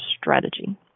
strategy